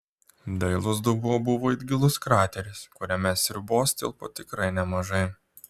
dailus dubuo buvo it gilus krateris kuriame sriubos tilpo tikrai nemažai